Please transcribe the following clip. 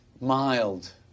mild